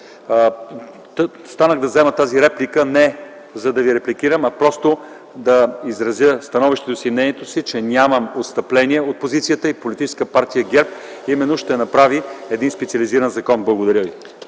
ДПС. Взех тази реплика не за да Ви репликирам, а просто да изразя мнението си, че нямам отстъпление от позицията си и политическа партия ГЕРБ ще направи един специализиран закон. Благодаря ви.